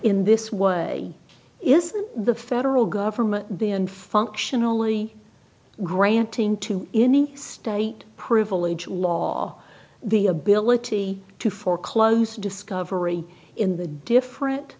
in this way isn't the federal government be and functionally granting to any state privilege law the ability to foreclose discovery in the different